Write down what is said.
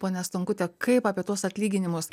ponia stonkute kaip apie tuos atlyginimus